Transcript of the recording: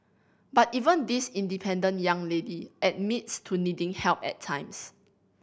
but even this independent young lady admits to needing help at times